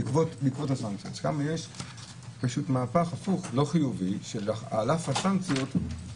יש פה מהפך לא חיובי שעל אף הסנקציות,